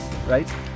Right